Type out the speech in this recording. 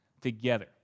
together